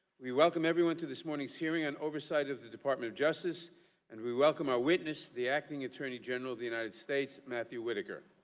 we welcome everyone to this morning's hearing on oversight of the department of justice and we welcome our witness the acting attorney general of the united states, matthew whitaker.